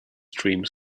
dreams